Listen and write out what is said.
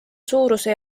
suuruse